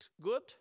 good